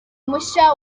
mushya